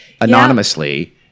anonymously